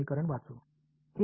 அவற்றின் பண்புகள் என்ன